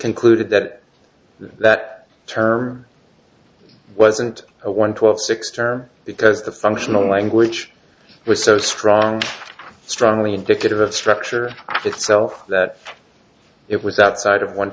concluded that that term wasn't one twelve six term because the functional language was so strong strongly indicative of structure itself that it was outside of one